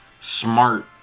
smart